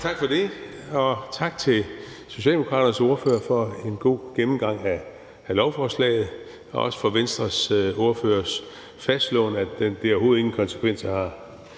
Tak for det, og tak til Socialdemokraternes ordfører for en god gennemgang af lovforslaget og også til Venstres ordfører for at fastslå, at det overhovedet ingen konsekvenser